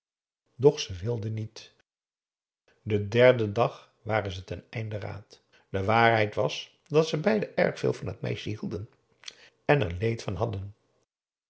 ze wilde niet den derden dag waren ze ten einde raad de waarheid was dat ze beiden erg veel van t meisje hielden en er leed van hadden